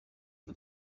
for